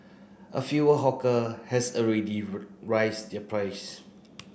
a few hawker has already rise their price